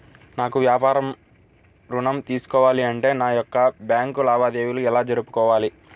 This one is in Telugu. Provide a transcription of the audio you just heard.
నాకు వ్యాపారం ఋణం తీసుకోవాలి అంటే నా యొక్క బ్యాంకు లావాదేవీలు ఎలా జరుపుకోవాలి?